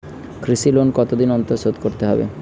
কৃষি লোন কতদিন অন্তর শোধ করতে হবে?